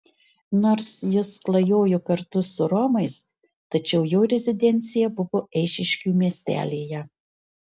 nors jis klajojo kartu su romais tačiau jo rezidencija buvo eišiškių miestelyje